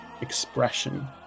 expression